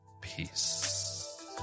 peace